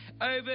over